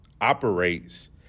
operates